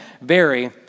vary